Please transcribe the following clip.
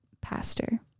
pastor